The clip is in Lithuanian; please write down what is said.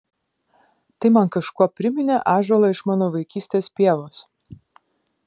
tai man kažkuo priminė ąžuolą iš mano vaikystės pievos